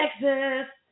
Texas